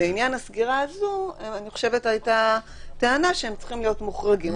לעניין הסגירה הזו אני חשובת הייתה טענה שהם צריכים להיות מוחרגים.